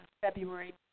February